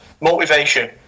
Motivation